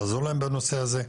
תעזור להם בנושא הזה.